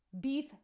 beef